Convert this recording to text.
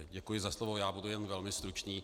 Děkuji za slovo, já budu jen velmi stručný.